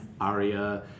aria